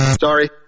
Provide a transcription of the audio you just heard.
Sorry